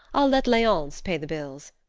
i'll let leonce pay the bills.